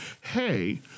hey